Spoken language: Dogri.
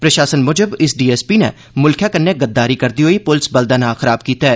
प्रशासन मुजब इस डीएसपी नै मुल्खै कन्नै गद्दारी करदे होई पुलस बल दा नांड खराब कीता ऐ